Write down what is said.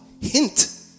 hint